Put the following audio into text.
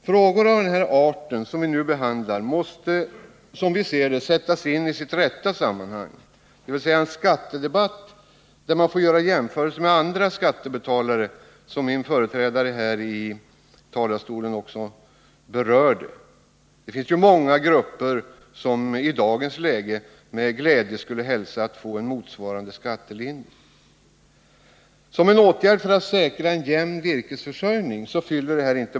Frågor av den art som vi nu behandlar måste, som vi ser det, sättas in i sitt rätta sammanhang — dvs. i en skattedebatt, där man får göra jämförelser med andra skattebetalare. Detta framhölls också av den föregående talaren. Det finns ju många grupper som i dagens läge med glädje skulle hälsa att få en skattelindring motsvarande den som vi nu diskuterar. Den nu föreslagna åtgärden i strävandena att säkra en jämn virkesförsörjning fyller ändå inte måttet.